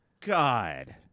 God